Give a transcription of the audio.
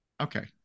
Okay